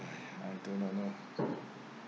!aiya! I do not know